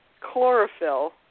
chlorophyll